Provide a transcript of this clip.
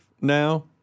now